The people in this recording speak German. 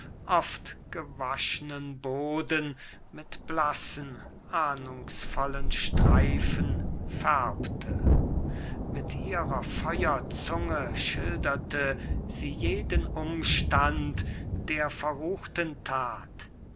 blutes oftgewaschnen boden mit blassen ahndungsvollen streifen färbte mit ihrer feuerzunge schilderte sie jeden umstand der verruchten that